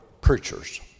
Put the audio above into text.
preachers